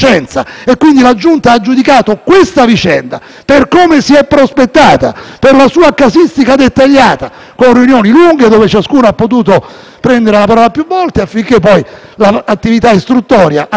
riunioni dove ciascuno ha potuto prendere la parola più volte affinché, poi, l'attività istruttoria arrivasse in Aula svolta con grande serietà e precisione. Io mi auguro che non ci siano casi futuri,